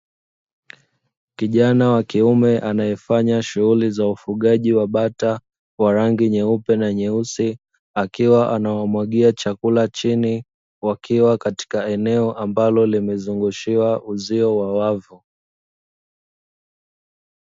Kijana wa kiume anayefanya shughuli za ufugaji wa bata wa rangi nyeupe na nyeusi, akiwa anawamwagia chakula chini, wakiwa katika eneo ambalo limezungushiwa uzio wa wavu.